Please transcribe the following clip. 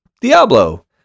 diablo